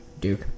Duke